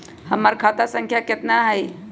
हमर खाता संख्या केतना हई?